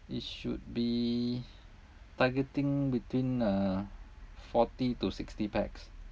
it should be targeting between uh forty to sixty pax